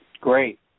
Great